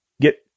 get